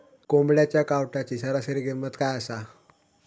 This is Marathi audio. कोंबड्यांच्या कावटाची सरासरी किंमत काय असा?